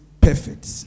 perfect